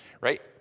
right